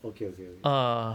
okay okay okay